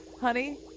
Honey